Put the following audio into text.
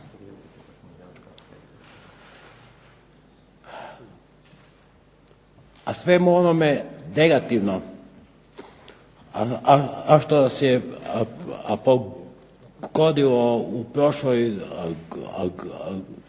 Svemu onome negativnom, a što nas je pogodilo u prošloj